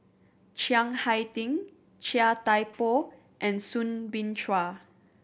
Chiang Hai Ding Chia Thye Poh and Soo Bin Chua